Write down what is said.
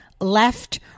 left